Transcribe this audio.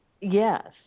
Yes